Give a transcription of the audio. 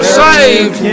saved